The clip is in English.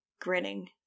grinning